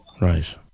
Right